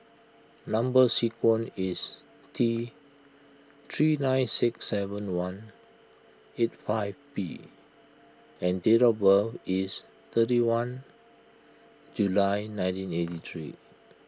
Number Sequence is T three nine six seven one eight five P and date of birth is thirty one July nineteen eighty three